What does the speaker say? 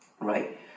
Right